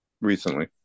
recently